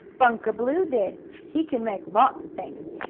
bunker blue did. he can make lots of things.